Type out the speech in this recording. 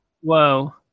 Whoa